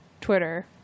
Twitter